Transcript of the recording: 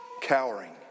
cowering